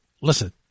Listen